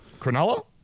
Cronulla